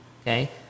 okay